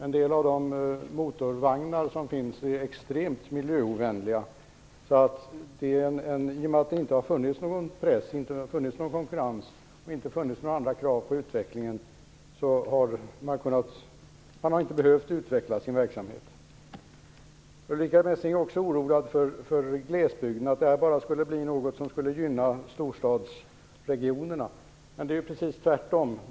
En del av de motorvagnar som finns är extremt miljöovänliga. I och med att det inte har funnits någon press eller konkurrens eller några krav på utvecklingen har man inte behövt utveckla sin verksamhet. Ulrica Messing är oroad för glesbygden och för att en avreglering bara skulle gynna storstadsregionerna. Men det är ju precis tvärtom.